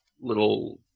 little